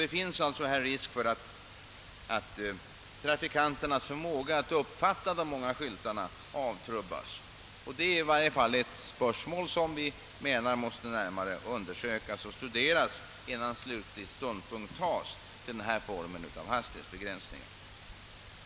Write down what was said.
Det finns alltså här risker för att trafikanternas förmåga att uppfatta de många skyltarna avtrubbas, och det är enligt vår mening ett spörsmål som bör närmare undersökas och studeras, innan slutlig ståndpunkt tas till denna form av hastighetsbegränsningar.